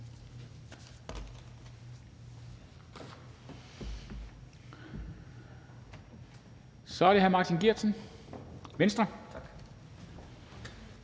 Så er det hr. Martin Geertsen, Venstre.